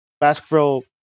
Baskerville